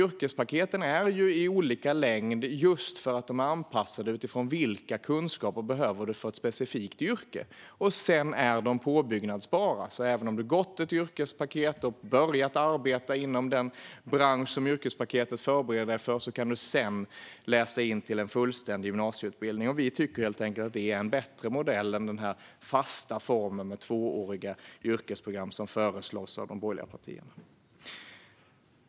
Yrkespaketen finns i olika längd just för att de är anpassade utifrån vilka kunskaper man behöver för ett specifikt yrke. De är dessutom påbyggbara. Även om man har deltagit i ett yrkespaket och börjat arbeta inom den bransch som yrkespaketet förbereder en för kan man senare läsa in en fullständig gymnasieutbildning. Vi tycker helt enkelt att detta är en bättre modell än den fasta form med tvååriga yrkesprogram som föreslås av de borgerliga partierna.